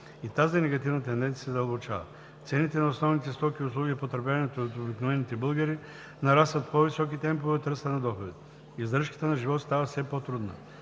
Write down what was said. И тази негативна тенденция се задълбочава. Цените на основните стоки и услуги, потребявани от обикновените българи, нарастват с по-високи темпове от ръста на доходите. Издръжката на живот става все по-трудна.